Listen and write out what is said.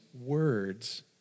words